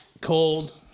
cold